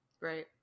Right